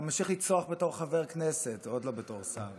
אתה ממשיך לצרוח בתור חבר כנסת, עוד לא בתור שר.